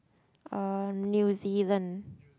uh new-zealand